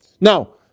now